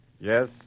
Yes